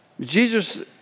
Jesus